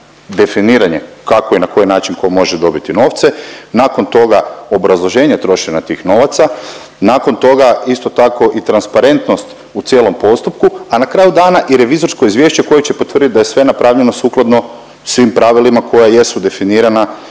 definiranje kako i na koji način tko može dobiti novce, nakon toga obrazloženje trošenja tih novaca, nakon toga isto tako i transparentnost u cijelom postupku, a na kraju dana i revizorsko izvješće koje će potvrditi da je sve napravljeno sukladno svim pravilima koja jesu definirana.